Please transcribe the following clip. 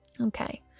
okay